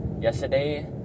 yesterday